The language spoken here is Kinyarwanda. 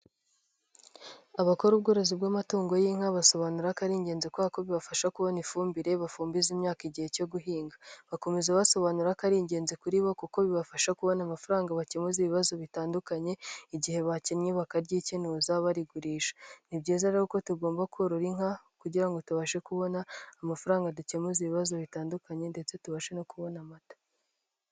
Abakora ubworozi bw'amatungo y'inka basobanura ko ari ingenzi kuko kuko bibafasha kubona ifumbire bafumbiza imyaka igihe cyo guhinga. Bakomeza basobanura ko ari ingenzi kuri bo kuko bibafasha kubona amafaranga bakemu ibibazo bitandukanye igihe bakennye bakaryikenuza barigurisha. Ni byiza rero uko tugomba korora inka kugira ngo tubashe kubona amafaranga dukemuza ibibazo bitandukanye ndetse tubashe no kubona amata.